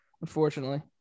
unfortunately